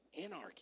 anarchy